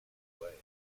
way